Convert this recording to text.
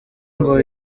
ngo